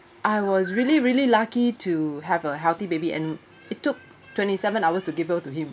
I was really really lucky to have a healthy baby and it took twenty seven hours to give birth to him